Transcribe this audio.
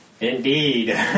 Indeed